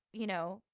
you know,